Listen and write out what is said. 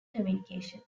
communications